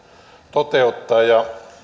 toteuttaja